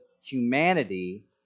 humanity